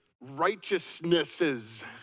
righteousnesses